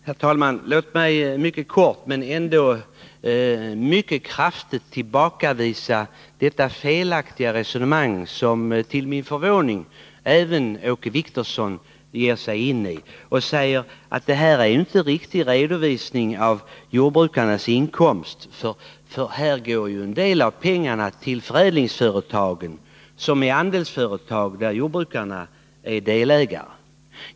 Herr talman! Låt mig mycket kort men mycket bestämt tillbakavisa det felaktiga resonemang som, till min förvåning, även Åke Wictorsson för. Han säger att annonserna inte ger en riktig redovisning av jordbrukarnas inkomster, eftersom en del av pengarna går till förädlingsföretagen, som är andelsföretag där jordbrukarna är delägare.